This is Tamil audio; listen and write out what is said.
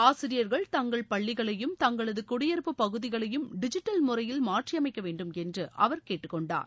ஆசிரியர்கள் தங்கள் பள்ளிகளையும் தங்களது குடியிருப்புப் பகுதிகளையும் டிஜிட்டல் முறையில் மாற்றியமைக்க வேண்டுமென்று அவர் கேட்டுக்கொண்டார்